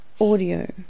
audio